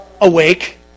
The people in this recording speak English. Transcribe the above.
awake